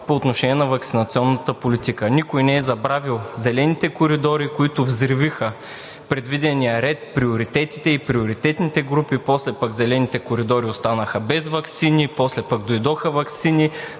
по отношение на ваксинационната политика. Никой не е забравил „зелените коридори“, които взривиха предвидения ред, приоритетите и приоритетните групи. После пък „зелените коридори“ останаха без ваксини. После дойдоха ваксини,